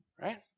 right